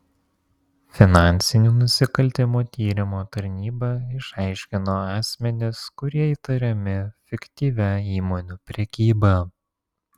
finansinių nusikaltimų tyrimo tarnyba išaiškino asmenis kurie įtariami fiktyvia įmonių prekyba